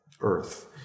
earth